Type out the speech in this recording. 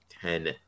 Ten